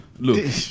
Look